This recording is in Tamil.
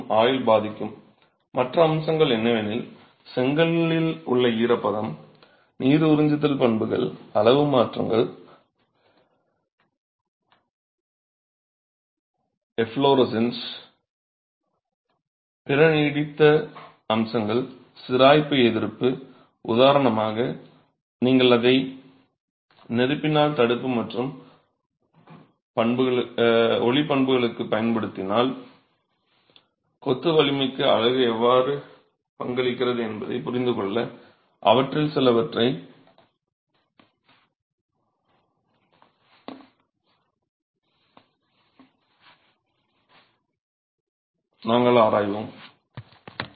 மற்றும் ஆயுள் பாதிக்கும் மற்ற அம்சங்கள் என்னவெனில் செங்கலில் உள்ள ஈரப்பதம் நீர் உறிஞ்சுதல் பண்புகள் அளவு மாற்றங்கள் எஃப்லோரஸன்ஸ் பிற நீடித்த அம்சங்கள் சிராய்ப்பு எதிர்ப்பு உதாரணமாக நீங்கள் அதை தீ தடுப்பு மற்றும் ஒலி பண்புகளுக்கு பயன்படுத்தினால் கொத்து வலிமைக்கு அலகு எவ்வாறு பங்களிக்கிறது என்பதைப் புரிந்துகொள்ள அவற்றில் சிலவற்றை நாங்கள் ஆராய்வோம்